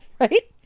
right